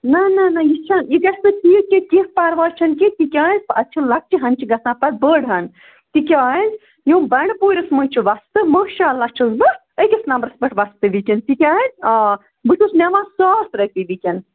نہَ نہَ نہَ یہِ چھَنہٕ یہِ گَژھِ نہٕ ٹھیٖک کیٚنٛہہ کیٚنٛہہ پَرواے چھَنہٕ کیٚنٛہہ تِکیٛازِ اَتھ چھِ لَکچہِ ہَن چھِ گژھان پَتہٕ بٔڈ ہَن تِکیٛازِ یِم بَنٛڈٕپوٗرِس منٛز چھِ وۄستہٕ ماشااللہ چھُس بہٕ أکِس نمبرَس پٮ۪ٹھ وۄستہٕ وُِنکٮ۪ن تِکیٛاز آ بہٕ چھُس نِوان ساس رۄپیہِ وُنکٮ۪ن